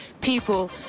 people